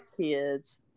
kids